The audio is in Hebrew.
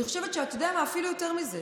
אתה יודע מה, אפילו יותר מזה,